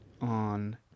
on